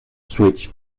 switch